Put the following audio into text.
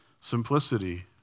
Simplicity